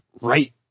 right